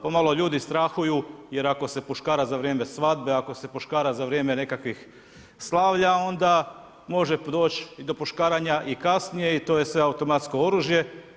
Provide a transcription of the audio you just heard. Pomalo ljudi strahuju jer ako se puškara za vrijeme svadbe, ako se puškara za vrijeme nekakvih slavlja, onda može doći i do puškaranja i kasnije i to je sve automatsko oružje.